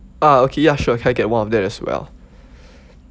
ah okay ya sure can I get one of that as well